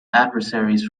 adversaries